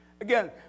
Again